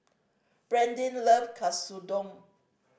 Brandin loves Katsudon